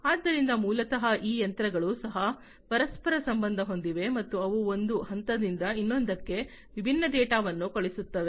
ಆದ್ದರಿಂದ ಮೂಲತಃ ಈ ಯಂತ್ರಗಳು ಸಹ ಪರಸ್ಪರ ಸಂಬಂಧ ಹೊಂದಿವೆ ಮತ್ತು ಅವು ಒಂದು ಹಂತದಿಂದ ಇನ್ನೊಂದಕ್ಕೆ ವಿಭಿನ್ನ ಡೇಟಾವನ್ನು ಕಳುಹಿಸುತ್ತವೆ